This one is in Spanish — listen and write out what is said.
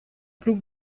club